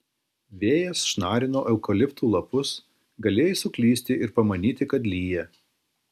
vėjas šnarino eukaliptų lapus galėjai suklysti ir pamanyti kad lyja